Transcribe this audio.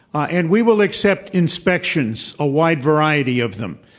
and we will accept inspections, a wide variety of them.